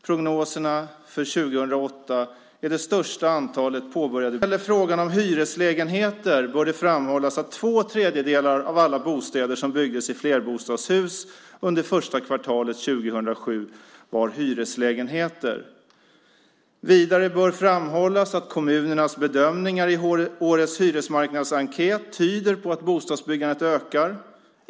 Prognoserna för 2008 talar om det största antalet påbörjade bostäder sedan 1991. När det sedan gäller frågan om hyreslägenheter bör framhållas att två tredjedelar av alla bostäder som byggdes i flerbostadshus under första kvartalet 2007 var hyreslägenheter. Vidare bör framhållas att kommunernas bedömningar i årets hyresmarknadsenkät tyder på att bostadsbyggandet ökar.